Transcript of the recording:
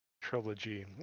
trilogy